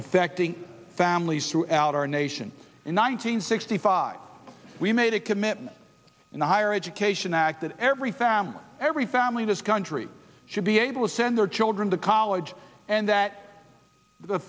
affecting families throughout our nation in one nine hundred sixty five we made a commitment in the higher education act that every family every family this country should be able to send their children to college and that the